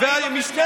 היחיד האחראי בממשלה